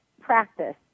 practice